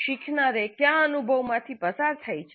શીખનાર એ કયા અનુભવોમાંથી પસાર થાય છે